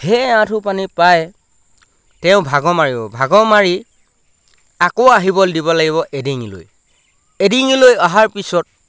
সেই আঁঠু পানী প্ৰাই তেওঁ ভাগৰ মাৰিব ভাগৰ মাৰি আকৌ আহিব দিব লাগিব এডিঙি লৈ এডিঙি লৈ অহাৰ পিছত